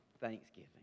thanksgiving